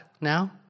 now